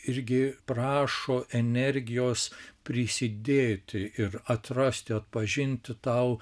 irgi prašo energijos prisidėti ir atrasti atpažinti tau